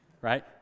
Right